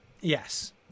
Yes